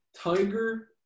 Tiger